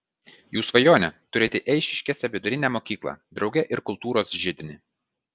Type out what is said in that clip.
jų svajonė turėti eišiškėse vidurinę mokyklą drauge ir kultūros židinį